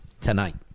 tonight